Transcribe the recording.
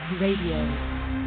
RADIO